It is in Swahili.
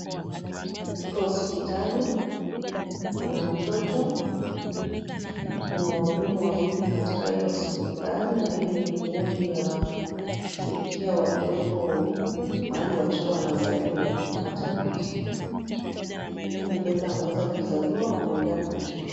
Katika hospitali kuna mtoto, kuna wahudumu wawili katika hiyo hospitali na hii ni wodi ya kushughulikia watoto mahali watoto wanazaliwa maternity . Huyu mtoto ameweza kuzaliwa wanaendelea kumshughulikia.